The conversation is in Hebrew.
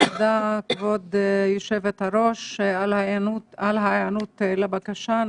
תודה, כבוד יושבת-הראש, על ההיענות לבקשה.